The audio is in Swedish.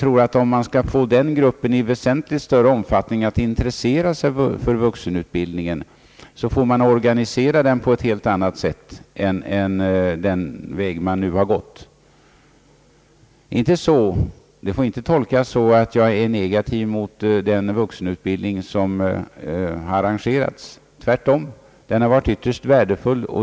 Om man skall få den gruppen att i väsentligt större omfattning intressera sig för vuxenutbildningen, tror jag att man får organisera den på ett helt annat sätt än man nu har gjort. Detta får inte tolkas så att jag är negativt inställd mot den vuxenutbildning som har arrangerats. Tvärtom, den har varit ytterst värdefull.